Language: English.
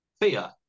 Fear